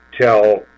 tell